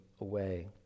away